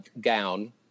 gown